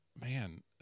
Man